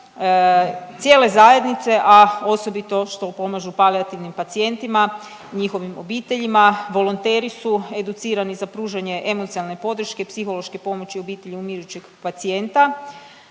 cijele zajednice, a osobito što pomažu palijativnim pacijentima i njihovim obiteljima. Volonteri su educirani za pružanje emocionalne podrške i psihološke pomoći obitelji umirućeg pacijenta,